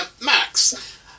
Max